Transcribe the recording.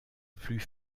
plus